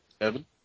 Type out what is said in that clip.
Evan